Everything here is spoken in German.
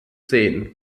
zehn